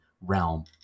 realm